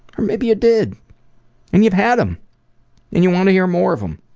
or maybe you did and you've had them and you want to hear more of them!